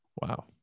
Wow